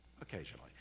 occasionally